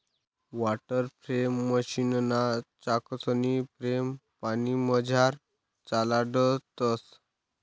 water frame मशीनना चाकसनी frame पानीमझार चालाडतंस